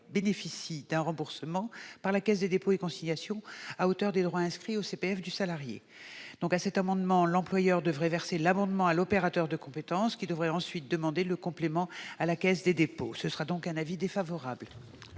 bénéficie d'un remboursement par la Caisse des dépôts et consignations à hauteur des droits inscrits au CPF du salarié. Par cet amendement, l'employeur devrait verser l'abondement à l'opérateur de compétences, qui devrait ensuite demander le complément à la Caisse des dépôts et consignations.